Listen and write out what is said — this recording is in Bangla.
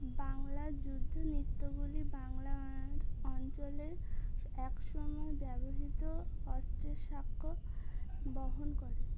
বাংলা যুদ্ধ নৃত্যগুলি বাংলা অঞ্চলে এক সময় ব্যবহৃত অস্তিত্বের স্বাক্ষ্য বহন করে